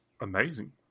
amazing